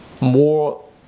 more